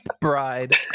bride